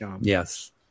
Yes